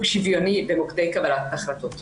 שוויוני במוקדי קבלת ההחלטות.